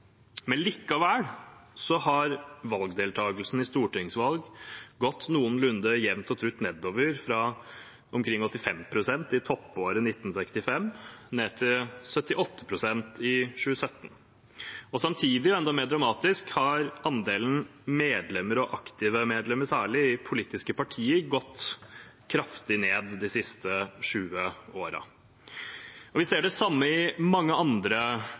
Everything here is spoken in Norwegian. Likevel har valgdeltakelsen i stortingsvalg gått noenlunde jevnt og trutt nedover fra omkring 85 pst. i toppåret 1965 ned til 78 pst. i 2017. Samtidig og enda mer dramatisk har andelen medlemmer, særlig aktive medlemmer, i politiske partier gått kraftig ned de siste 20 årene. Vi ser det samme i mange andre